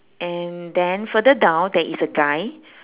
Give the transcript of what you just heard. and then further down there is a guy